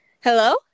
Hello